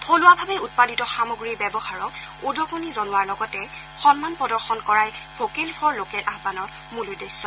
থলুৱাভাৱে উৎপাদিত সামগ্ৰীৰ ব্যৱহাৰক উদগনি জনোৱাৰ লগতে সন্মান প্ৰদৰ্শন কৰাই ভোকেল ফৰ লোকেল আয়ানৰ মূল উদ্দেশ্য